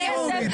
לא נאום.